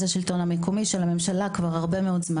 השלטון המקומי ושל הממשלה כבר זמן רב מאוד.